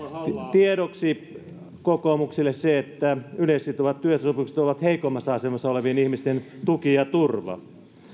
tiedoksi kokoomukselle se että yleissitovat työehtosopimukset ovat heikommassa asemassa olevien ihmisten tuki ja turva